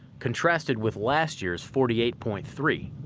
contrasted with last year's forty eight point three.